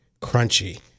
crunchy